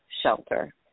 shelter